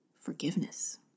forgiveness